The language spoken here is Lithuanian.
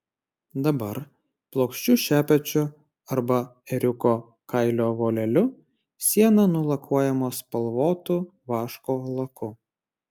dabar plokščiu šepečiu arba ėriuko kailio voleliu siena nulakuojama spalvotu vaško laku